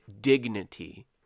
dignity